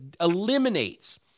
eliminates